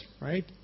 right